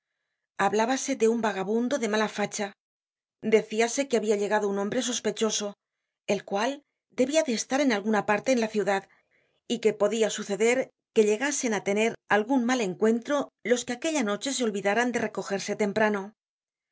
sitios hablábase de un vagabundo de mala facha decíase que habia llegado un hombre sospechoso el cual debia de estar en alguna parte en la ciudad y que podia suceder que llegasen á tener algun mal encuentro los que aquella noche se olvidaran de recogerse temprano